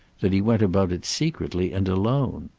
that he went about it secretly and alone?